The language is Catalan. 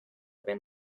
ben